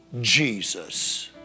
Jesus